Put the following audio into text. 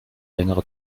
längere